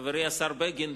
חברי השר בגין,